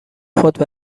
خود